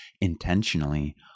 intentionally